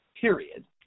period